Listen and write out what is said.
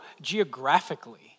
geographically